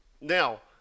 Now